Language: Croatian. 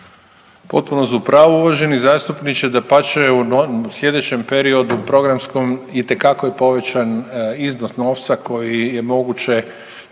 Potpuno ste u pravu uvaženi zastupniče, dapače u sljedećem periodu programskom itekako je povećan iznos novca kojim je moguće